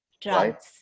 drugs